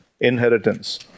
inheritance